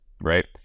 right